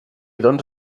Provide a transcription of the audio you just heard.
doncs